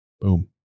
Boom